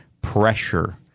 pressure